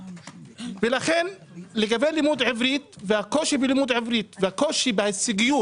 לכן לגבי לימוד עברית והקושי בלימוד עברית והקושי בהישגיות